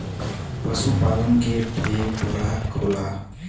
पशु पालन के ठे परकार होला